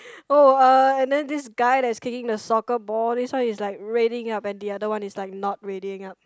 oh uh and then this guy that's kicking the soccer ball this one is like readying up and the other one is not readying up